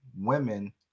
women